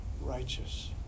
righteous